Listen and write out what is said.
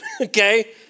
okay